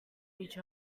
each